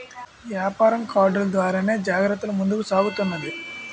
యాపారం కార్డులు ద్వారానే జరుగుతూ ముందుకు సాగుతున్నది